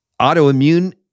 autoimmune